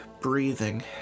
breathing